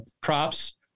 props